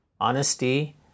honesty